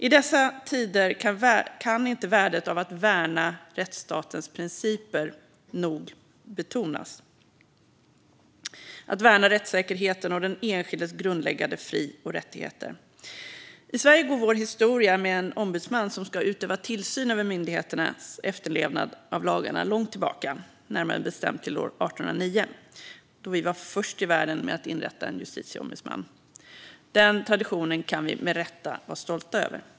I dessa tider kan inte värdet av att värna rättsstatens principer nog betonas, det vill säga att värna rättssäkerheten och den enskildes grundläggande fri och rättigheter. I Sverige går vår historia med en ombudsman som ska utöva tillsyn över myndigheternas efterlevnad av lagarna långt tillbaka, närmare bestämt till år 1809, då vi var först i världen med att inrätta en justitieombudsman. Den traditionen kan vi med rätta vara stolta över.